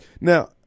Now